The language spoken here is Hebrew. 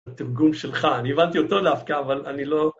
התרגום שלך, אני הבנתי אותו דווקא, אבל אני לא...